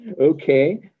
Okay